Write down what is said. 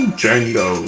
Django